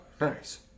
nice